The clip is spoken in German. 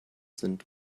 sind